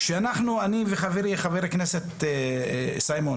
אני וחברי חבר הכנסת סימון